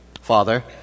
Father